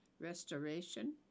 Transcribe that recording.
restoration